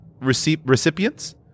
recipients